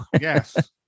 Yes